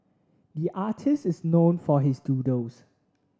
the artists is known for his doodles